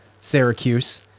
Syracuse